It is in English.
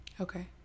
Okay